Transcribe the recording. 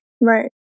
Right